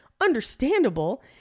Understandable